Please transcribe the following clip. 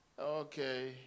Okay